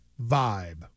vibe